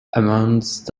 amongst